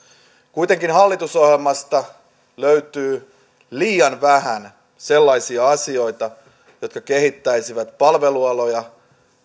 kuitenkin hallitusohjelmasta löytyy liian vähän sellaisia asioita jotka kehittäisivät palvelualoja